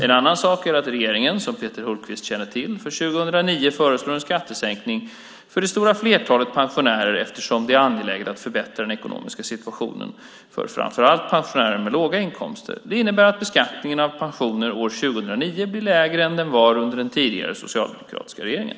En annan sak är att regeringen, som Peter Hultqvist känner till, för 2009 föreslår en skattesänkning för det stora flertalet pensionärer eftersom det är angeläget att förbättra den ekonomiska situationen för framför allt pensionärer med låga inkomster. Det innebär att beskattningen av pensioner år 2009 blir lägre än den var under den tidigare socialdemokratiska regeringen.